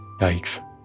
Yikes